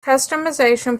customization